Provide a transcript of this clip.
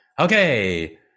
okay